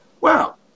wow